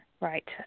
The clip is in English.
Right